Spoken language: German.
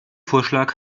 vorschlag